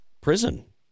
prison